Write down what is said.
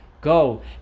go